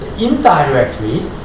indirectly